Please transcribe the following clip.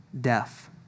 death